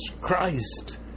Christ